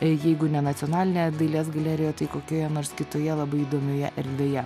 jeigu ne nacionalinėje dailės galerijoje tai kokioje nors kitoje labai įdomioje erdvėje